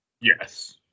Yes